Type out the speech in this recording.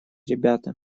ребята